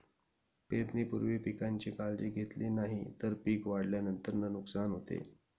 पेरणीपूर्वी पिकांची काळजी घेतली नाही तर पिक वाढल्यानंतर नुकसान होते